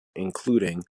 including